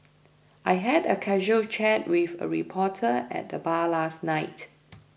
I had a casual chat with a reporter at the bar last night